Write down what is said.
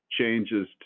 changes